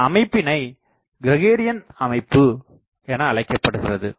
இந்த அமைப்பினை கிரகோரியன் அமைப்பு எனஅழைக்கப்படுகிறது